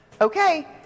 Okay